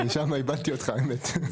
שם איבדתי אותך, האמת.